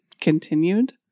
continued